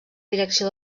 direcció